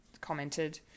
commented